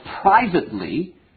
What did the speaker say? privately